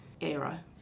era